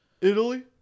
Italy